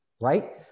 right